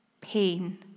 pain